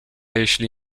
jeśli